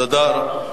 את המפכ"ל.